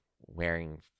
wearing